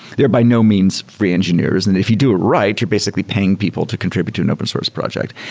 they're by no means free engineers. and if you do it right, you're basically paying people to contribute to an open source project.